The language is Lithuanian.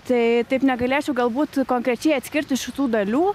tai taip negalėčiau galbūt konkrečiai atskirti šitų dalių